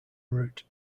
root